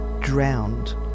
drowned